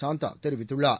சாந்தா தெரிவித்துள்ளார்